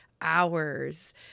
hours